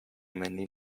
many